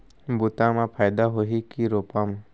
बुता म फायदा होही की रोपा म?